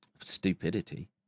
Stupidity